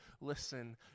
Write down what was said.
listen